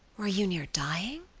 were you near dying?